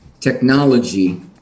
technology